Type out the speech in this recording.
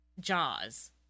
Jaws